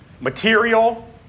material